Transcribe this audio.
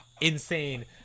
insane